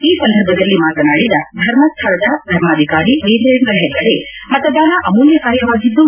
ಈ ಸಂದರ್ಭದಲ್ಲಿ ಮಾತನಾಡಿದ ಧರ್ಮಸ್ವಳದ ಧರ್ಮಾಧಿಕಾರಿ ವೀರೇಂದ್ರ ಹೆಗ್ಗಡೆ ಮತದಾನ ಅಮೂಲ್ಹ ಕಾರ್ಯವಾಗಿದ್ದು